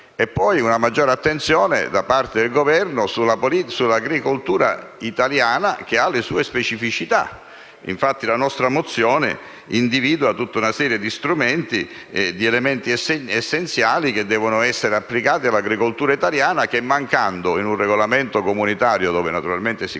una maggiore attenzione da parte del Governo sull'agricoltura italiana, che ha le sue specificità. E la nostra mozione individua tutta una serie di strumenti e di elementi essenziali che devono essere applicati all'agricoltura italiana. Mancando essi in un regolamento comunitario, dove naturalmente si guarda